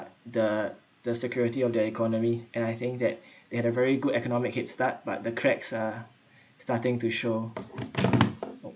the the security of their economy and I think that they had a very good economic head start but the cracks are starting to show